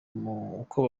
uko